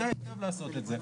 מוריס, בבקשה.